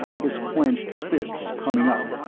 his clenched fists coming up.